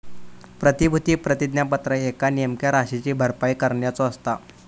प्रतिभूती प्रतिज्ञापत्र एका नेमक्या राशीची भरपाई करण्याचो असता